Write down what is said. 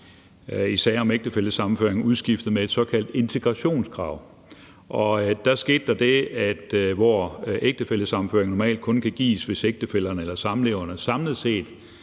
i sager om ægtefællesammenføring udskiftet med et såkaldt integrationskrav. Der skete der det, at ægtefællesammenføring normalt kun kan gives, hvis ægtefællerne eller samleverne samlet set